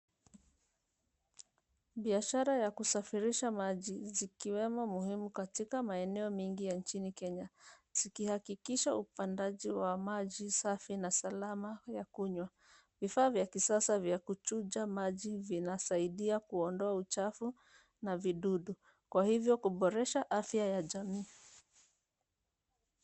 Biashara ya kusafirisha maji zikiwemo muhimu katika maeneo mengi ya nchini Kenya zikikahakikisha upandaji wa maji safi na salama ya kunywa. Vifaa vya kisasa vya kutuja maji vinasaidia kuondoa uchafu na vidudu kwa hivyo kuboresha afya ya jamii.